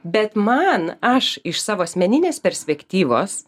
bet man aš iš savo asmeninės perspektyvos